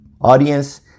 audience